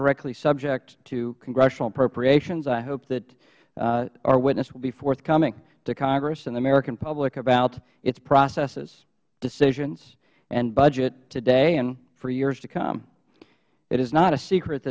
directly subject to congressional appropriations i hope that our witness will be forthcoming to congress and the american public about its processes decisions and budget today and for years to come it is not a secret